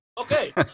Okay